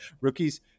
rookies